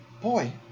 Boy